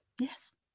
Yes